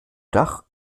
dach